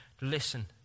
listen